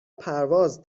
پرواز